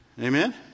Amen